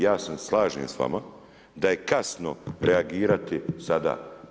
Ja se slažem s vama da je kasno reagirati sada.